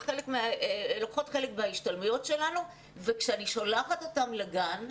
הן לוקחות חלק בהשתלמויות שלנו וכשאני שולחת אותן לגן,